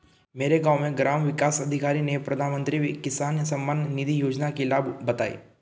मेरे गांव में ग्राम विकास अधिकारी ने प्रधानमंत्री किसान सम्मान निधि योजना के लाभ बताएं